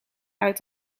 uit